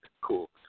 cool